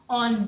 on